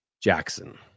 Jackson